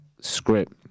script